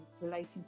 relating